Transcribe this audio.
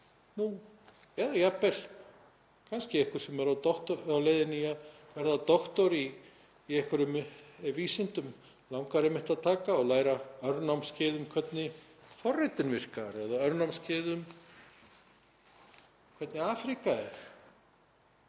nú eða jafnvel kannski einhver sem er á leiðinni í að verða doktor í einhverjum vísindum langar einmitt að taka og fara í örnámskeið um hvernig forritun virkar eða örnámskeið um hvernig Afríka er,